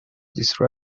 these